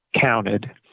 counted